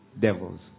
Devils